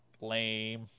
Lame